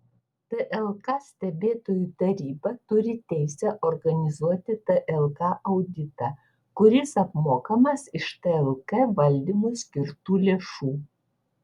tlk stebėtojų taryba turi teisę organizuoti tlk auditą kuris apmokamas iš tlk valdymui skirtų lėšų